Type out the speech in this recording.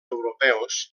europeus